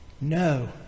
No